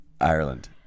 ireland